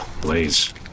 Blaze